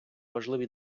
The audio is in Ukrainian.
важливі